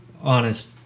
Honest